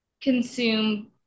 consume